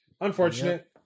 unfortunate